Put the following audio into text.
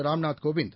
Ramnath Kovind